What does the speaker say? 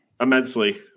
immensely